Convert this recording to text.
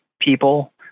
people